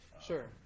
Sure